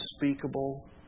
unspeakable